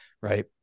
right